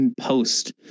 post